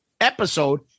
episode